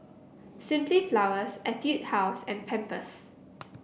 Simply Flowers Etude House and Pampers